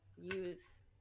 use